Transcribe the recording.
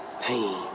Pain